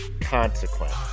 consequence